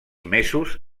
mesos